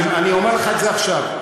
אני אומר את זה עכשיו: